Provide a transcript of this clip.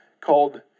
called